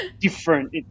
different